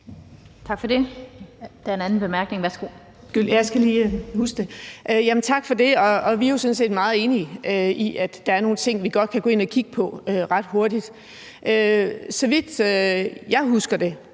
Tak for det. Der er en anden kort bemærkning. Værsgo. Kl. 16:10 Birgitte Vind (S): Tak for det. Vi er sådan set meget enige i, at der er nogle ting, vi godt kan gå ind at kigge på ret hurtigt. Så vidt jeg husker,